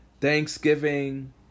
Thanksgiving